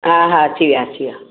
हा हा अची विया अची विया